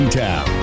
town